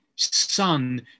son